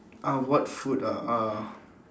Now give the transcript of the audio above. uh what food ah uh